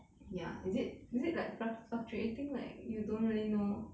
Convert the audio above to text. ya is it is it like flluc~ fluctuating like you don't really know